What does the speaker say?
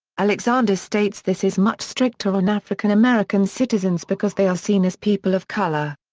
alexander states this is much stricter on african american citizens because they are seen as people of color.